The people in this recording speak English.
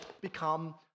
become